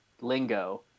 lingo